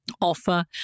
Offer